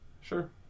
Sure